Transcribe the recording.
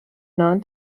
non